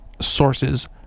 sources